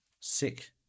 Sick